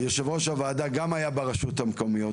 יושב ראש הוועדה גם היה ברשויות המקומיות,